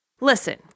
Listen